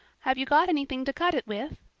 have you got anything to cut it with?